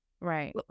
Right